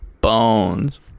bones